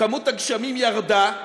כמות הגשמים ירדה,